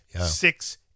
six